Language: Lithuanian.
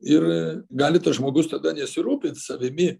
ir gali tas žmogus tada nesirūpint savimi